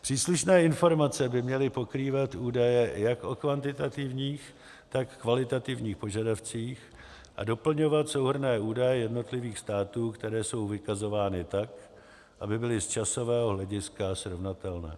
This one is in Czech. Příslušné informace by měly pokrývat údaje jak o kvantitativních, tak kvalitativních požadavcích, a doplňovat souhrnné údaje jednotlivých států, které jsou vykazovány tak, aby byly z časového hlediska srovnatelné.